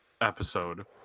episode